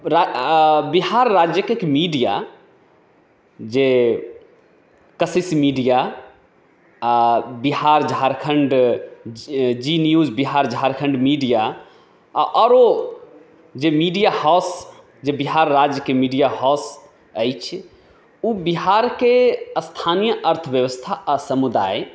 बिहार राज्यके मीडिया जे कशिश मीडिया आओर बिहार झारखण्ड जी न्यूज बिहार झारखण्ड मीडिया आओर आरो जे मीडिया हाउस जे बिहार राज्यके मीडिया हाउस अछि ओ बिहारके स्थानीय अर्थव्यवस्था आओर समुदाय